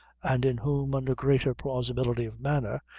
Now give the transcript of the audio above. and in whom, under greater plausibility of manner,